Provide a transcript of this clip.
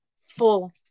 full